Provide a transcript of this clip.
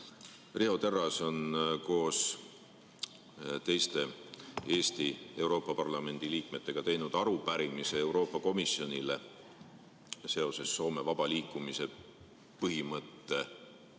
Riho Terras on koos teiste Eesti Euroopa Parlamendi liikmetega teinud arupärimise Euroopa Komisjonile vaba liikumise põhimõtte rikkumise